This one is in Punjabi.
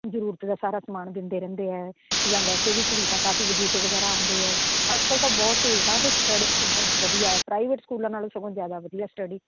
ਜ਼ਰੂਰਤ ਦਾ ਸਾਰਾ ਸਮਾਨ ਦਿੰਦੇ ਰਹਿੰਦੇ ਹੈ ਜਾਂ ਵੈਸੇ ਵੀ ਸਹੂਲਤਾਂ ਕਾਫੀ ਵਜ਼ੀਫੇ ਵਗੈਰਾ ਆਉਂਦੇ ਹੈ ਅੱਜ ਕੱਲ੍ਹ ਤਾਂ ਬਹੁਤ ਸਹੂਲਤਾਂ ਅਤੇ ਸਟਡੀ ਵੀ ਬਹੁਤ ਵਧੀਆ ਪ੍ਰਾਈਵੇਟ ਸਕੂਲਾਂ ਨਾਲੋਂ ਸਗੋਂ ਜ਼ਿਆਦਾ ਵਧੀਆ ਸਟੱਡੀ